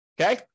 Okay